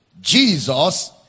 Jesus